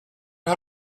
how